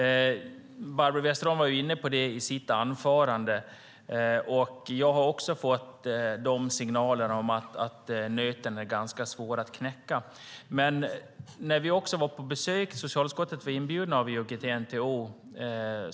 Barbro Westerholm var inne på i sitt anförande, och det är också något som jag har fått signaler om, att nöten är ganska svår att knäcka. Socialutskottet var inbjudet till IOGT-NTO.